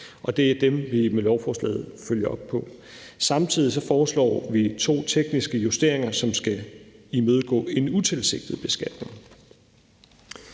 Det er dem, vi med lovforslaget følger op på. Samtidig foreslår vi to tekniske justeringer, som skal imødegå en utilsigtet beskatning.